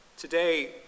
Today